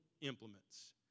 implements